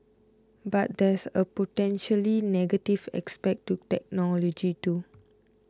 but there's a potentially negative aspect to technology too